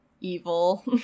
evil